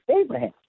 Abraham